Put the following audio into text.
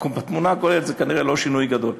בתמונה הכוללת זה כנראה לא שינוי גדול.